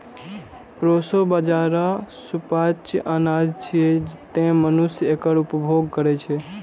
proso बाजारा सुपाच्य अनाज छियै, तें मनुष्य एकर उपभोग करै छै